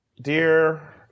Dear